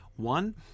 One